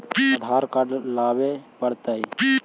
आधार card लाबे पड़तै?